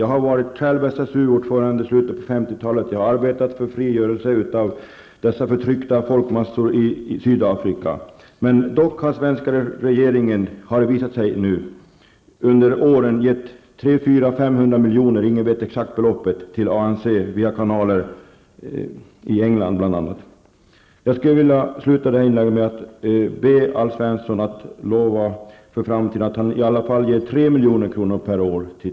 Jag har varit SSU-ordförande i slutet på 1950-talet, och jag har arbetat för frigörelse av de förtryckta folkmassorna i Sydafrika. Den svenska regeringen har under åren gett 300--500 miljoner -- ingen vet exakta beloppet -- till ANC, bl.a. via kanaler i England. Jag skulle vilja avsluta med att be Alf Svensson lova att för framtiden ge åtminstone 3 milj.kr. per år till